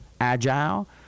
agile